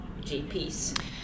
GPs